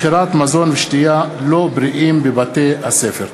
מכירת מזון ושתייה לא בריאים בבתי-הספר.